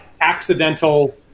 accidental